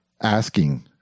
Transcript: asking